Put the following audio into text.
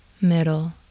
Middle